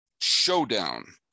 showdown